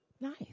nice